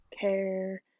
care